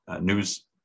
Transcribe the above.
news